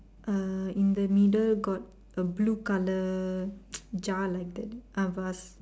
ah in the middle got a blue colour jar like that a vase